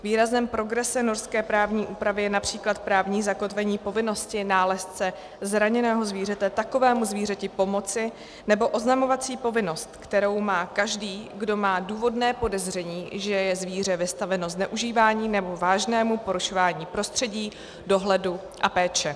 Výrazem progrese norské právní úpravy je například právní zakotvení povinnosti nálezce zraněného zvířete takovému zvířeti pomoci nebo oznamovací povinnost, kterou má každý, kdo má důvodné podezření, že je zvíře vystaveno zneužívání nebo vážnému porušování prostředí, dohledu a péče.